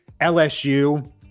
LSU